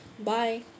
Bye